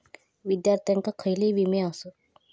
विद्यार्थ्यांका खयले विमे आसत?